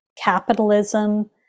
capitalism